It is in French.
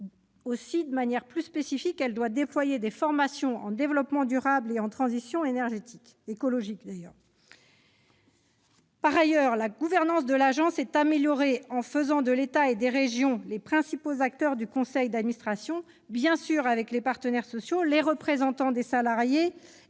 De manière plus spécifique, elle doit déployer des formations en développement durable et en transition énergétique. La gouvernance de l'Agence est améliorée en faisant de l'État et des régions les principaux acteurs du conseil d'administration, avec les partenaires sociaux, les représentants des salariés